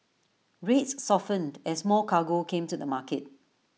rates softened as more cargo came to the market